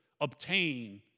obtain